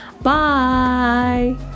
bye